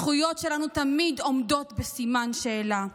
הזכויות שלנו תמיד עומדות בסימן שאלה.